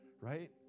right